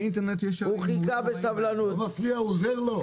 באינטרנט יש --- הוא לא מפריע, הוא עוזר לו.